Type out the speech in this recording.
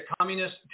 communist